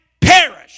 perish